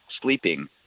sleeping